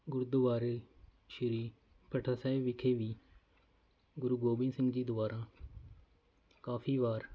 ਗੁਰਦੁਆਰੇ ਸ਼੍ਰੀ ਭੱਠਾ ਸਾਹਿਬ ਵਿਖੇ ਵੀ ਗੁਰੂ ਗੋਬਿੰਦ ਸਿੰਘ ਜੀ ਦੁਆਰਾ ਕਾਫੀ ਵਾਰ